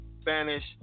Spanish